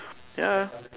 ya